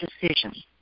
decisions